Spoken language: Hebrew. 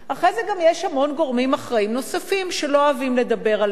אחרי זה יש גם המון גורמים אחראים נוספים שלא אוהבים לדבר עליהם.